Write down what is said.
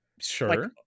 Sure